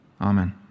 Amen